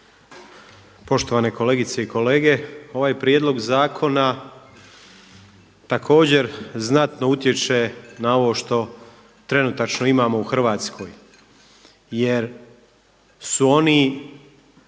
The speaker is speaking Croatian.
poštovane kolegice i kolege. Ovaj prijedlog zakona također znatno utječe na ovo što trenutačno imamo u Hrvatskoj jer su oni